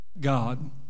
God